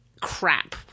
Crap